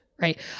Right